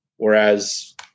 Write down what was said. Whereas